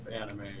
anime